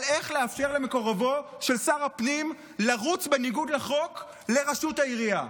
באיך לאפשר למקורבו של שר הפנים לרוץ בניגוד לחוק לראשות העירייה,